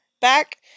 back